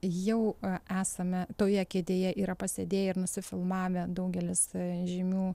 jau esame toje kėdėje yra pasėdėję ir nusifilmavę daugelis žymių